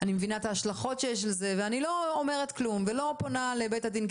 אני מבינה את ההשלכות שיש לזה ואני לא אומרת כלום ולא פונה לבית הדין.